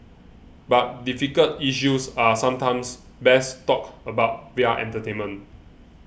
but difficult issues are sometimes best talked about via entertainment